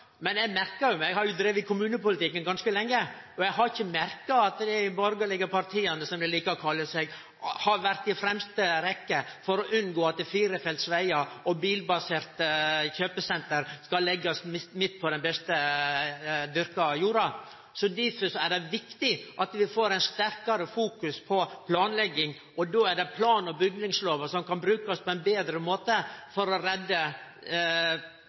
Men eg merka meg – eg har jo vore i kommunepolitikken ganske lenge – at dei borgarlege partia, som dei likar å kalle seg, har vore i fremste rekkje for å unngå at firefelts vegar og bilbaserte kjøpesenter skal leggjast midt i den beste dyrka jorda. Derfor er det viktig at vi får eit sterkare fokus på planlegging. Då er det plan- og bygningsloven som kan brukast på ein betre måte for å redde